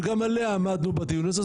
וגם עליה עמדנו בדיון הזה,